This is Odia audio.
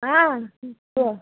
ହଁ କୁହ